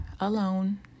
alone